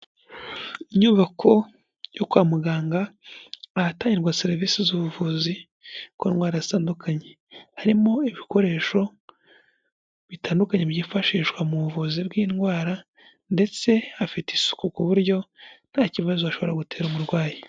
Inyubako yo kwa muganga ahatangirwa serivisi z'ubuvuzi ku ndwaratandukanye harimo ibikoresho bitandukanye byifashishwa mu buvuzi bw'indwara ndetsefite isuku ku buryo nta kibazoshobora gutera umurwayi.